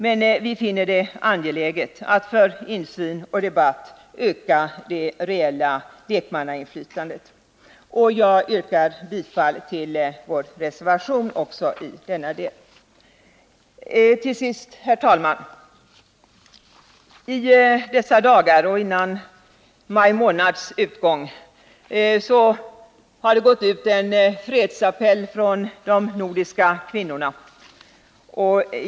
Men för insyn och debatt finner vi det angeläget att öka det reella lekmannainflytandet. Jag yrkar bifall till vår reservation också i denna del. Till sist, herr talman: I dessa dagar har det gått ut en fredsappell från de nordiska kvinnorna.